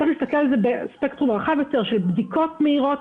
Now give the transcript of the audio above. צריך להסתכל על זה בספקטרום רחב יותר של בדיקות מהירות,